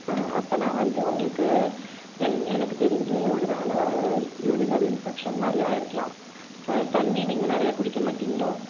ஆ அப்படின்னா வந்து உங்களுக்கு என் எனக்கு தெரிஞ்சு ஒருவேலை யூரினரி இன்ஃபெக்ஷன் மாதிரி ஆயிருக்கலாம் தண்ணி நீங்கள் நிறையா குடிக்க மாட்டிங்களோ